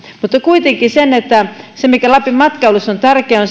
mutta kuitenkin se mikä lapin matkailussa on tärkeää